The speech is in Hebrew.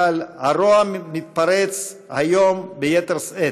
אבל הרוע מתפרץ היום ביתר שאת,